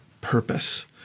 purpose